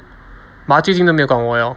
but 他最近都没有管我了